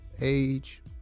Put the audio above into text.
age